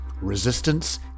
Resistance